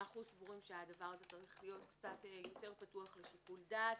אנחנו חושבים שהדבר הזה צריך להיות קצת יותר פתוח לשיקול דעת,